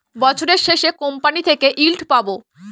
বছরের শেষে কোম্পানি থেকে ইল্ড পাবো